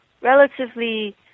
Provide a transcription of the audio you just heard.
relatively